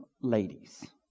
ladies